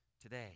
today